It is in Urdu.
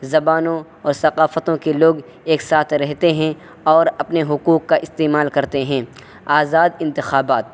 زبانوں اور ثقافتوں کے لوگ ایک ساتھ رہتے ہیں اور اپنے حقوق کا استعمال کرتے ہیں آزاد انتخابات